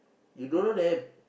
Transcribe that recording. you don't know them